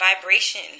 vibration